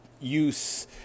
use